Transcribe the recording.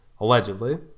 allegedly